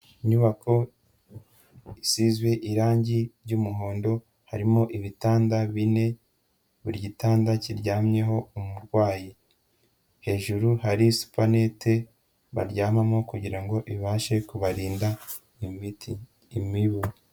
Inyubako isizwe irange ry'umuhondo harimo ibitanda bine, buri gitanda kiryamyeho umurwayi, hejuru hari supanete baryamamo kugira ngo ibashe kubarinda imiti, imibu.